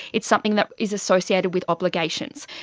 it's something that is associated with obligations,